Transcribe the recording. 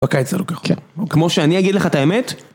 בקיץ זה לוקח, כן, כמו שאני אגיד לך את האמת